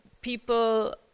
people